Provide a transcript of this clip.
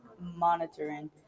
monitoring